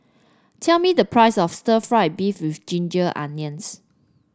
tell me the price of stir fry beef with Ginger Onions